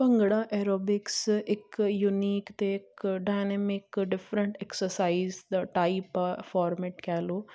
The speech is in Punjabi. ਭੰਗੜਾ ਐਰੋਬਿਕਸ ਇੱਕ ਯੂਨੀਕ 'ਤੇ ਇੱਕ ਡਾਇਨਾਮਿਕ ਡਿਫਰੈਂਟ ਐਕਸਰਸਾਈਜ਼ ਦਾ ਟਾਈਪ ਆ ਫੋਰਮ ਕਹਿ ਲਓ